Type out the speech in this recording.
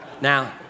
Now